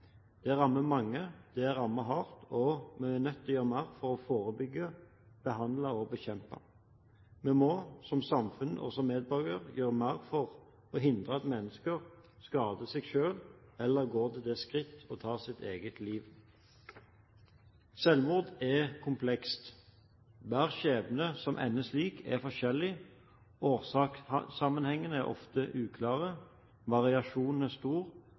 Det rammer mange, det rammer hardt, og vi er nødt til å gjøre mer for å forebygge, behandle og bekjempe. Vi må, som samfunn og som medborgere, gjøre mer for å hindre at mennesker skader seg selv eller går til det skritt å ta sitt eget liv. Selvmord er komplekst. Hver skjebne som ender slik, er forskjellig. Årsakssammenhengene er ofte uklare, variasjonen er stor,